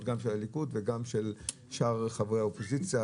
גם של הליכוד וגם של שאר חברי האופוזיציה.